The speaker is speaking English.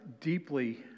deeply